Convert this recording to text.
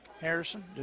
Harrison